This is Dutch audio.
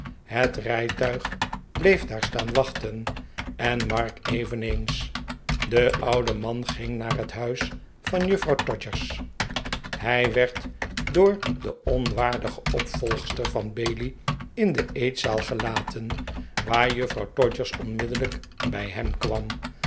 het rijtuig bleef daar staan wachten en mark eveneens de oude man ging naar het huis van juffrouw todgers hij werd door de onwaardige opvolgster van bailey in de eetzaal gelaten waar juffrouw todgers onmiddellijk bij hem kwam